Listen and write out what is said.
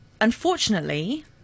unfortunately